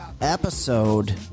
episode